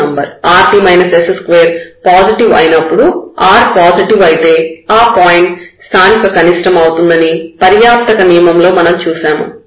rt s2 positive అయినప్పుడు r positive అయితే ఆ పాయింట్ స్థానిక కనిష్టం అవుతుందని పర్యాప్తక నియమం లో మనం చూశాము